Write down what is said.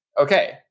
okay